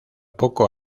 poco